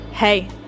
Hey